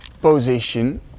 position